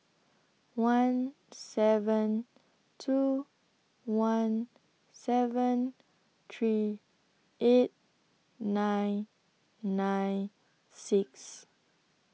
one seven two one seven three eight nine nine six